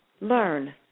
learn